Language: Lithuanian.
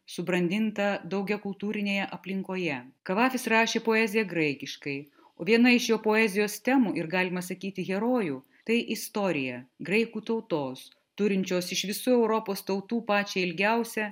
subrandintą daugiakultūrinėje aplinkoje kavafis rašė poeziją graikiškai o viena iš jo poezijos temų ir galima sakyti herojų tai istorija graikų tautos turinčios iš visų europos tautų pačią ilgiausią